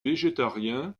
végétarien